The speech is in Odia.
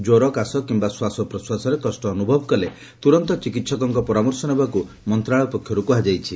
ଜ୍ୱର କାଶ କିମ୍ଘା ଶ୍ୱାସପ୍ରଶ୍ୱାସରେ କଷ ଅନୁଭବ କଲେ ତୁରନ୍ତ ଚିକିହକଙ୍ଙ ପରାମର୍ଶ ନେବାକୁ ମନ୍ତଶାଳୟ ପକ୍ଷରୁ କୁହାଯାଇଛି